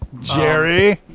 Jerry